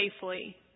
safely